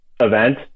Event